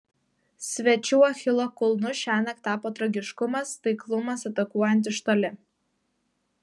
svečių achilo kulnu šiąnakt tapo tragiškumas taiklumas atakuojant iš toli